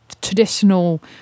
traditional